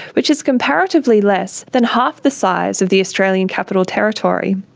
which is comparatively less than half the size of the australian capital territory.